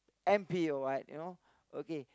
M_P or what you know okay